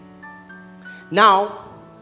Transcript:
Now